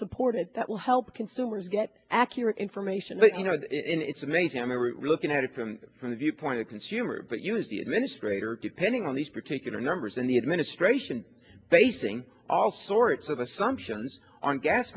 supported that will help consumers get accurate information but you know it's amazing i mean we're looking at it from from the viewpoint of consumer but use the administrator depending on these particular numbers and the administration facing all sorts of assumptions on gas